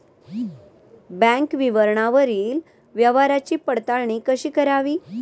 Bank विवरणावरील व्यवहाराची पडताळणी कशी करावी?